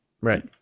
Right